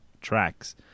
tracks